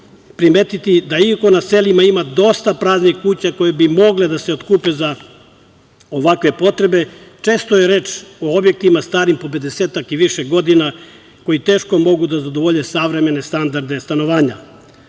primetiti da iako na selima ima dosta praznih kuća koje bi mogle da se otkupe za ovakve potrebe, često je reč o objektima starim po 50-ak i više godina, koji teško mogu da zadovolje savremene standarde stanovanja